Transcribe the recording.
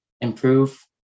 improve